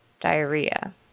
diarrhea